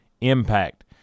impact